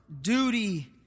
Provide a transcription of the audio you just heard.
duty